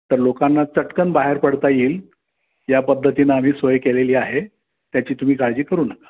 तर लोकांना चटकन बाहेर पडता येईल या पद्धतीनं आम्ही सोय केलेली आहे त्याची तुम्ही काळजी करू नका